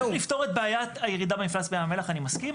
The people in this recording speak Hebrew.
זה שצריך לפתור את בעיית הירידה במפלס בים המלח אני מסכים,